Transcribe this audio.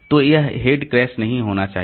तो यह head crash नहीं होना चाहिए